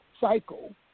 cycle